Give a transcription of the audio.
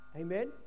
Amen